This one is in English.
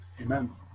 Amen